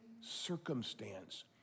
circumstance